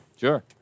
Sure